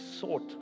sought